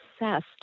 obsessed